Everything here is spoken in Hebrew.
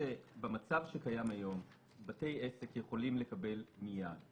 במצב שקיים היום, בתי עסק יכולים לקבל מייד.